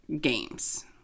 games